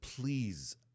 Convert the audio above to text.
please